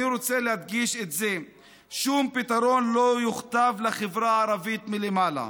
אני רוצה להדגיש ששום פתרון לא יוכתב לחברה הערבית מלמעלה.